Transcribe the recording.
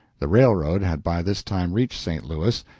the railroad had by this time reached st. louis,